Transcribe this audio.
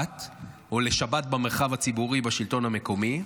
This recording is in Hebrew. או לשבת במרחב הציבורי בשלטון המקומי,